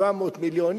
700 מיליון.